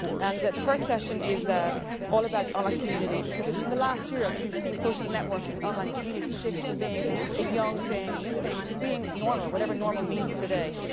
and the first session is ah all about online community. because in the last year, i think we've seen social networking, online community, shift from being a young thing, a new thing, to being normal. whatever normal means today.